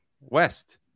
West